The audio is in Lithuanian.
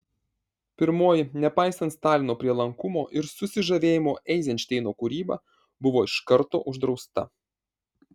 pirmoji nepaisant stalino prielankumo ir susižavėjimo eizenšteino kūryba buvo iš karto uždrausta